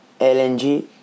LNG